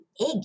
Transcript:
egg